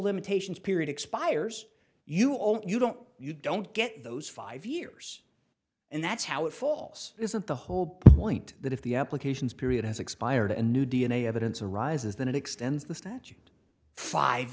limitations period expires you all you don't you don't get those five years and that's how it falls isn't the whole point that if the applications period has expired and new d n a evidence arises then it extends the statute five